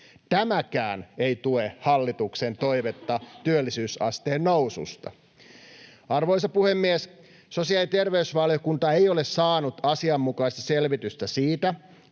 Tämäkään ei tue hallituksen toivetta työllisyysasteen noususta. Arvoisa puhemies! Sosiaali- ja terveysvaliokunta ei ole saanut asianmukaista selvitystä siitä,